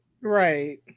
Right